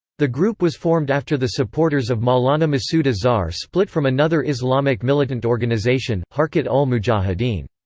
the group was formed after the supporters of maulana masood azhar split from another islamic militant organization, harkat-ul-mujahideen.